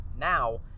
now